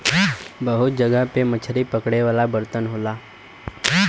बहुत जगह पे मछरी पकड़े वाला बर्तन होला